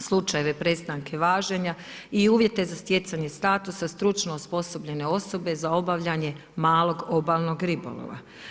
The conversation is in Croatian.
slučajeve prestanke važenja i uvijete za stjecanje statusa stručno osposobljene osobe za obavljanje malog obalnog ribolova.